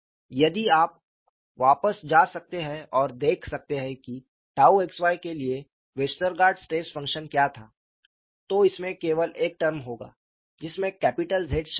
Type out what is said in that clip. यदि आप वापस जा सकते हैं और देख सकते हैं कि 𝝉xy के लिए वेस्टरगार्ड स्ट्रेस फंक्शन क्या था तो इसमें केवल एक टर्म होगा जिसमें कैपिटल Z शामिल होगा